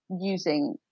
using